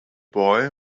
boy